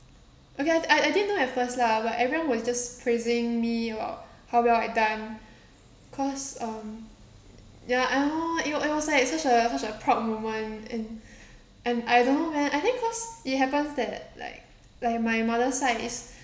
okay I I didn't know at first lah but everyone was just praising me about how well I done cause um ya it wa~ it was like such a such a proud moment and and I don't know man I think cause it happens that like like my mother's side is